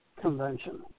convention